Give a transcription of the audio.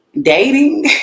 dating